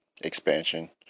expansion